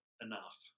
enough